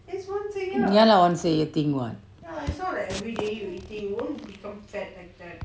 ya lah once a year thing